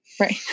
right